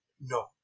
No